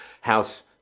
house